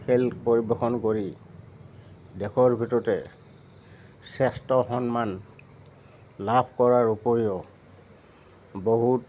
খেল পৰিৱেশন কৰি দেশৰ ভিতৰতে শ্ৰেষ্ঠ সন্মান লাভ কৰাৰ উপৰিও বহুত